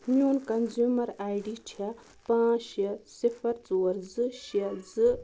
میٛون consumer I D چھِ پانٛژھ شےٚ صِفَر ژور زٕ شےٚ زٕ